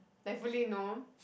thankfully no